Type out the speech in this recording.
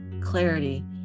clarity